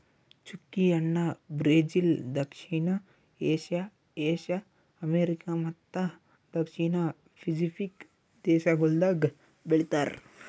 ಚ್ಚುಕಿ ಹಣ್ಣ ಬ್ರೆಜಿಲ್, ದಕ್ಷಿಣ ಏಷ್ಯಾ, ಏಷ್ಯಾ, ಅಮೆರಿಕಾ ಮತ್ತ ದಕ್ಷಿಣ ಪೆಸಿಫಿಕ್ ದೇಶಗೊಳ್ದಾಗ್ ಬೆಳಿತಾರ್